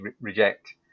reject